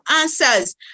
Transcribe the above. answers